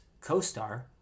CoStar